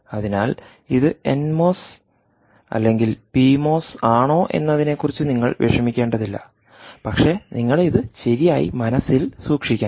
അതിനാൽ ഇത് N MOS അല്ലെങ്കിൽ പി മോസ് ആണോ എന്നതിനെക്കുറിച്ച് നിങ്ങൾ വിഷമിക്കേണ്ടതില്ല പക്ഷേ നിങ്ങൾ ഇത് ശരിയായി മനസ്സിൽ സൂക്ഷിക്കണം